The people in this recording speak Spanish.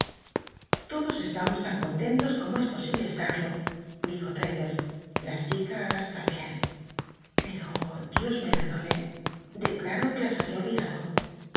fodos estamos tan contentos como es posible estarlo elijo traddl es las chi cas lambien pero dios me pcrdone declaro r uc las había ol